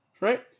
right